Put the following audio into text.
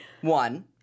one